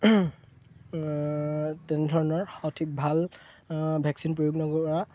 তেনেধৰণৰ সঠিক ভাল ভেকচিন প্ৰয়োগ নকৰা